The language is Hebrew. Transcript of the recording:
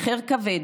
מחיר כבד,